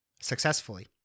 successfully